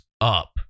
up